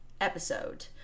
episode